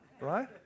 Right